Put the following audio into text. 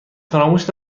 فراموش